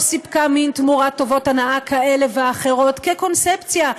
או סיפקה מין תמורת טובות הנאה כאלה ואחרות כקונספציה,